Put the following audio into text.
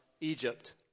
Egypt